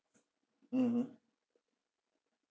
mmhmm